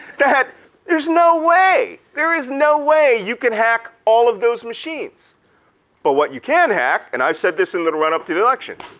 that there's no way, there is no way you could hack all of those machines but what you can hack, and i've said this in the run up to the election,